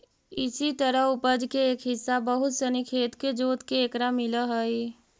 इसी तरह उपज के एक हिस्सा बहुत सनी खेत के जोतके एकरा मिलऽ हइ